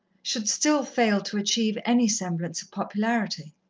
should still fail to achieve any semblance of popularity.